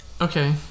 Okay